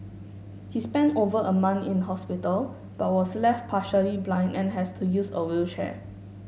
he spent over a month in hospital but was left partially blind and has to use a wheelchair